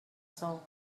soul